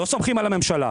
לא סומכים על הממשלה.